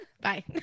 bye